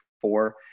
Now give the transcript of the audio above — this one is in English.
four